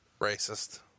Racist